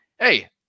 Hey